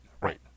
right